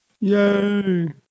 Yay